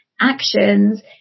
actions